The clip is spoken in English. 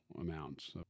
amounts